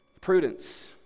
Prudence